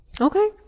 Okay